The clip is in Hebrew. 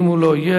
ואם הוא לא יהיה,